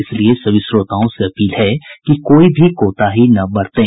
इसलिए सभी श्रोताओं से अपील है कि कोई भी कोताही न बरतें